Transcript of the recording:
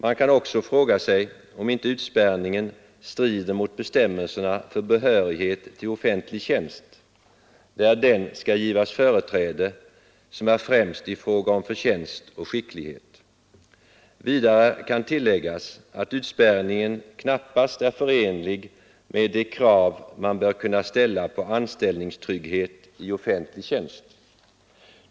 Man kan också fråga sig om inte utspärrningen strider mot bestämmelserna för behörighet till offentlig tjänst, där den skall givas företräde som är främst i fråga om förtjänst och skicklighet. Vidare kan tilläggas att utspärrningen knappast är förenlig med de krav man bör kunna ställa på anställningstrygghet i offentlig tjänst.